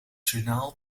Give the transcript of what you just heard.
journaal